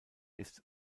ist